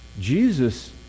Jesus